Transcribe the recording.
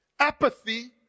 Apathy